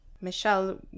michelle